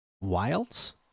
Wilds